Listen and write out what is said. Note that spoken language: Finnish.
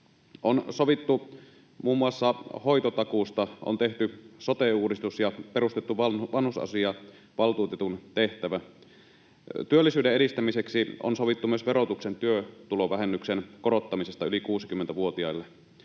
On sovittu muun muassa hoitotakuusta. On tehty sote-uudistus ja perustettu vanhusasiavaltuutetun tehtävä. Työllisyyden edistämiseksi on sovittu myös verotuksen työtulovähennyksen korottamisesta yli 60-vuotiaille.